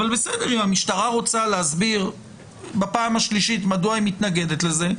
אבל בסדר אם המשטרה רוצה להסביר בפעם השלישית מדוע היא מתנגדת לזה,